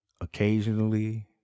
Occasionally